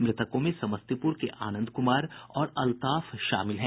मृतकों में समस्तीपुर के आनंद कुमार और अल्ताफ शामिल हैं